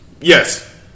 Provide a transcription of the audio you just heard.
Yes